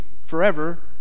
forever